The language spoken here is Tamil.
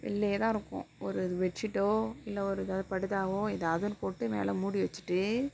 வெளிலையே தான் இருக்கும் ஒரு பெட்ஷீட்டோ இல்லை ஒரு ஏதாவது படுதாவோ ஏதாவது ஒன்று போட்டு மேலே மூடி வச்சிட்டு